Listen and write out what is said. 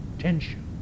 tension